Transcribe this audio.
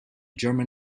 german